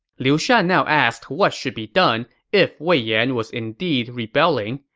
liu shan now asked what should be done if wei yan was indeed rebelling.